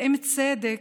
ואם צדק,